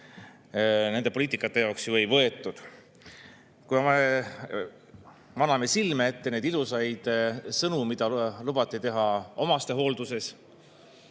nende poliitikate jaoks ju ei võetud. Kui me maname silme ette neid ilusaid sõnu, mida lubati teha omastehoolduses,